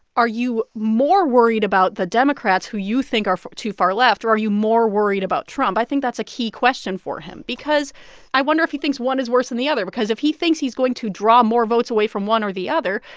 are you more worried about the democrats, who you think are too far left, or are you more worried about trump? i think that's a key question for him because i wonder if he thinks one is worse than and the other. because if he thinks he's going to draw more votes away from one or the other,